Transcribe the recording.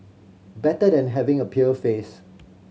better than having a pale face